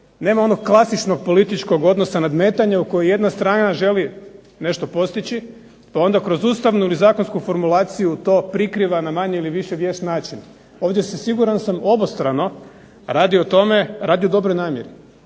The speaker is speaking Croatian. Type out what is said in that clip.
nema onog klasičnog političkog odnosa nadmetanja u kojoj jedna strana želi nešto postići onda kroz Ustavnu ili zakonsku formulaciju to prikriva na manje ili više vješt način. Ovdje se, siguran sam, obostrano radi o tome radi dobre namjere